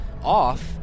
off